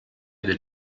del